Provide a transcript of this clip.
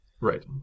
Right